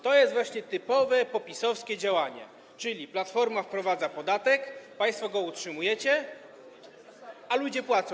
To jest właśnie typowe PO-PiS-owskie działanie, czyli Platforma wprowadza podatek, państwo go utrzymujecie, a ludzie płacą.